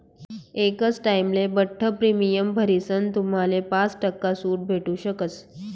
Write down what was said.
एकच टाइमले बठ्ठ प्रीमियम भरीसन तुम्हाले पाच टक्का सूट भेटू शकस